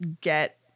get